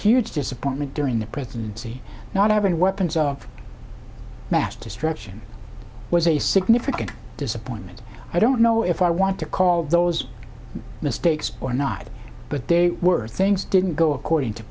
huge disappointment during the presidency not having weapons of mass destruction was a significant disappointment i don't know if i want to call those mistakes or not but they were things didn't go according to